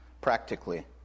practically